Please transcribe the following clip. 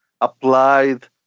applied